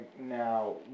now